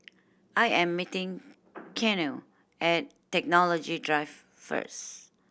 I am meeting Keanu at Technology Drive first